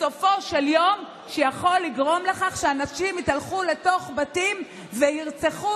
שבסופו של יום יכול לגרום לכך שאנשים יתהלכו לתוך בתים וירצחו,